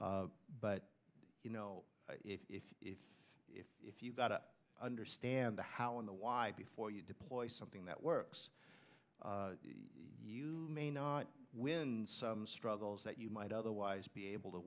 why but you know if if if if if you've got to understand the how in the why before you deploy something that works you may not win some struggles that you might otherwise be able to